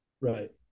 Right